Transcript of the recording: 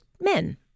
men